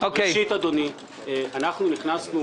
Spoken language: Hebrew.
נו,